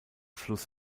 fluss